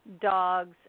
dogs